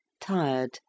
tired